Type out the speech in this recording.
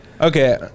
Okay